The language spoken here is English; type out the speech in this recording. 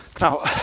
Now